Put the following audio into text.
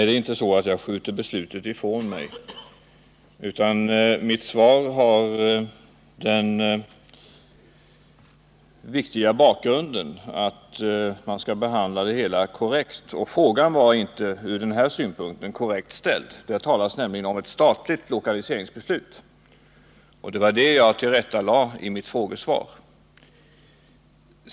Herr talman! Nej, jag skjuter inte frågan ifrån mig. Men mitt svar har den viktiga bakgrunden att man skall behandla saker och ting korrekt, och frågan var från den synpunkten felaktigt ställd. I frågan talades det nämligen om ett statligt lokaliseringsbeslut. Det var den uppgiften som jag tillrättalade i mitt frågesvar.